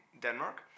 Denmark